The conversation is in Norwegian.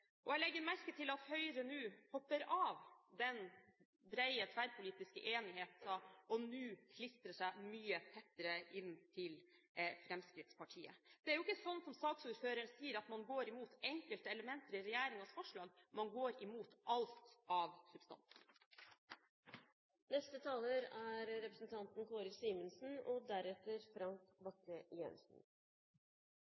Jeg legger merke til at Høyre nå hopper av den brede, tverrpolitiske enigheten og klistrer seg mye tettere inntil Fremskrittspartiet. Det er ikke slik – som saksordføreren sier – at man går imot enkelte elementer i regjeringens forslag, man går imot alt av